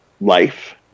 life